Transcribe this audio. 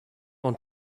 want